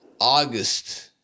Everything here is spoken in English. august